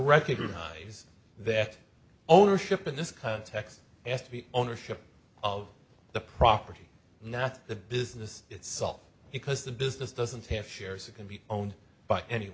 recognize that ownership in this context has to be ownership of the property not the business itself because the business doesn't have shares or can be owned by any